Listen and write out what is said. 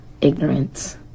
ignorance